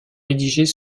rédigées